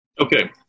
Okay